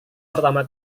pertama